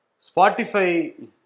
Spotify